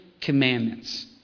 commandments